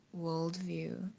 worldview